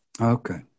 okay